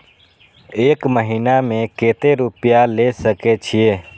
एक महीना में केते रूपया ले सके छिए?